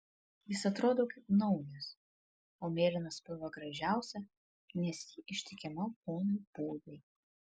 jis atrodo kaip naujas o mėlyna spalva gražiausia nes ji ištikima ponui pūdai